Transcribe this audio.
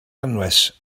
anwes